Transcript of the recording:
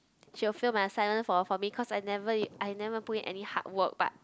she will fail my assignment for for me cause I never I never put in hard work but